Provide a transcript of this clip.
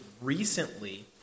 recently